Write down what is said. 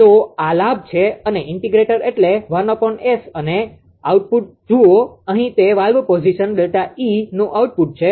તો આ લાભ છે અને ઇન્ટિગ્રેટર એટલે 1 𝑆 અને આઉટપુટ જુઓ અહીં તે વાલ્વ પોઝિશન ΔE નું આઉટપુટ છે